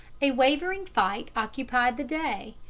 a wavering fight occupied the day,